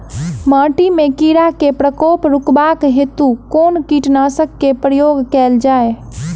माटि मे कीड़ा केँ प्रकोप रुकबाक हेतु कुन कीटनासक केँ प्रयोग कैल जाय?